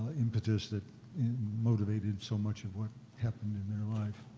impetus that motivated so much of what happened in their life?